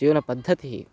जीवनपद्धतिः